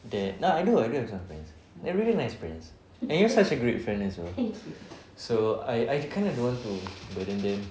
that no I do I do have some friends they're really nice friends and you're such a great friend as well so I I kind of don't want to burden them